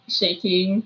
shaking